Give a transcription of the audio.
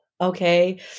okay